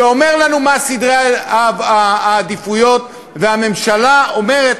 ואומר לנו מה סדרי העדיפויות והממשלה אומרת